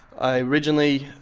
i originally,